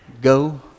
go